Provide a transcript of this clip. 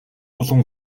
олон